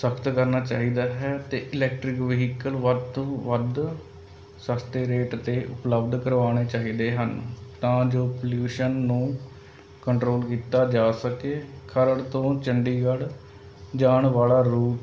ਸਖਤ ਕਰਨਾ ਚਾਹੀਦਾ ਹੈ ਅਤੇ ਇਲੈਕਟ੍ਰਿਕ ਵਹੀਕਲ ਵੱਧ ਤੋਂ ਵੱਧ ਸਸਤੇ ਰੇਟ 'ਤੇ ਉਪਲਬਧ ਕਰਵਾਉਣੇ ਚਾਹੀਦੇ ਹਨ ਤਾਂ ਜੋ ਪੋਲਿਊਸ਼ਨ ਨੂੰ ਕੰਟਰੋਲ ਕੀਤਾ ਜਾ ਸਕੇ ਖਰੜ ਤੋਂ ਚੰਡੀਗੜ੍ਹ ਜਾਣ ਵਾਲਾ ਰੂਟ